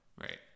Right